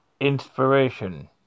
Inspiration